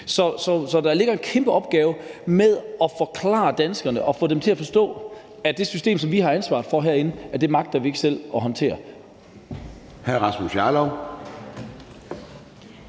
Så der ligger en kæmpe opgave i at forklare danskerne det og få dem til at forstå, at det system, vi har ansvaret for herinde, magter vi ikke at håndtere